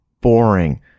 boring